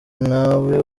nawe